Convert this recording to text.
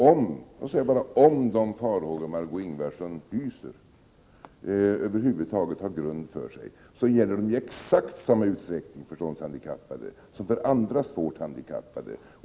Om — jag säger bara om — de farhågor som Margö Ingvardsson hyser över huvud taget har någon grund för sig, gäller de i exakt samma utsträckning förståndshandikappade som andra svårt handikappade.